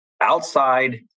outside